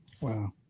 Wow